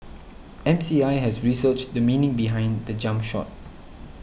M C I has researched the meaning behind the jump shot